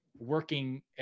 working